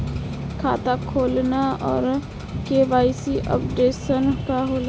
खाता खोलना और के.वाइ.सी अपडेशन का होला?